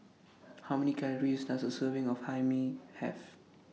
How Many Calories Does A Serving of Hae Mee Have